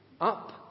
up